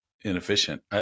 inefficient